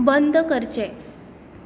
बंद करचें